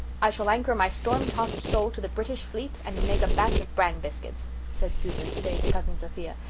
i shall anchor my storm-tossed soul to the british fleet and make a batch of bran biscuits said susan today to cousin sophia,